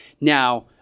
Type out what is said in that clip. Now